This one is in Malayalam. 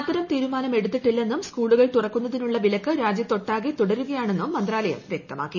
അത്തരം തീരുമാനം എടുത്തിട്ടില്ലെന്നും സ്കൂളുകൾ തുറക്കുന്നതിനുള്ള വിലക്ക് രാജ്യത്തൊട്ടാകെ തുടരുകയാണെന്നും മന്ത്രാലയം വൃക്തമാക്കി